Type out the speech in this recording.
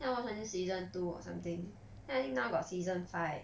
then watch season two or something then I think now got season five